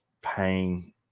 paying